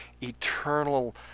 eternal